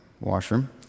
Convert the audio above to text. washroom